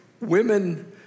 Women